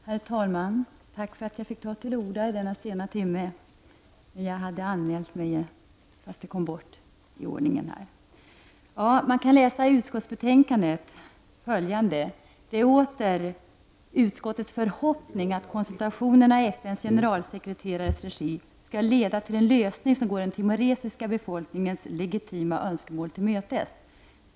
Herr talman! Jag tackar för att jag fick ta till orda i denna sena timme. Man kan i utskottets betänkande läsa följande: ”Det är åter utskottets förhoppning att konsultationerna i FNs generalsekreterares regi skall leda till en lösning som går den timoresiska befolkningens legitima önskemål till mötes.